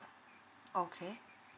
okay